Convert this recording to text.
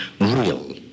real